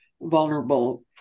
vulnerable